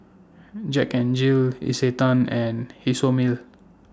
Jack N Jill Isetan and Isomil